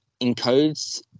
encodes